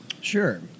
Sure